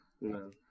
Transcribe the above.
No